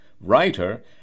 writer